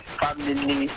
family